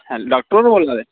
doctor होर बोल्ला दे